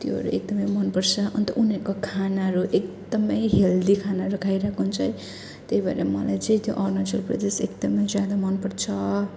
त्योहरू एकदमै मनपर्छ अन्त उनीहरूको खानाहरू एकदमै हेल्दी खानाहरू खाइ रहेको हुन्छ है त्यही भएर मलाई चाहिँ त्यो अरूणाचल प्रदेश एकदमै ज्यादा मनपर्छ